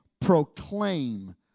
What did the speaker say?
Proclaim